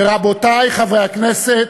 ורבותי חברי הכנסת,